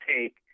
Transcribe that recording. take